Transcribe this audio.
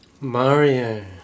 Mario